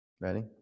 Ready